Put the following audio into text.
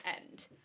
end